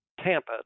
Tampa